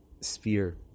sphere